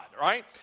right